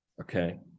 okay